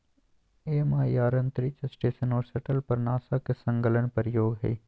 MIR अंतरिक्ष station और shuttle पर नासा के संलग्न प्रयोग हइ